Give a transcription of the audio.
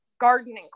gardening